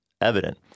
evident